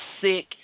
sick